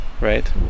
Right